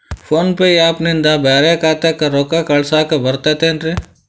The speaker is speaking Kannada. ಫೋನ್ ಪೇ ಆ್ಯಪ್ ನಿಂದ ಬ್ಯಾರೆ ಖಾತೆಕ್ ರೊಕ್ಕಾ ಕಳಸಾಕ್ ಬರತೈತೇನ್ರೇ?